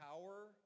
power